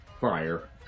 fire